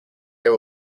air